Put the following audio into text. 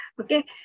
Okay